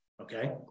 okay